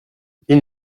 ils